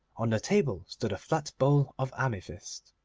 on the table stood a flat bowl of amethyst.